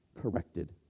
corrected